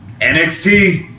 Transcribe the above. NXT